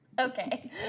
Okay